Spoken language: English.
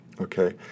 Okay